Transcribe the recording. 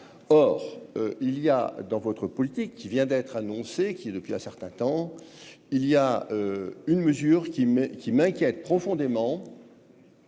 or il y a dans votre politique qui vient d'être annoncée, qui est depuis un certain temps, il y a une mesure qui me qui m'inquiète profondément